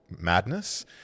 madness